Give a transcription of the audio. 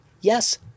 Yes